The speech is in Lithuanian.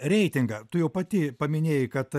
reitingą tu jau pati paminėjai kad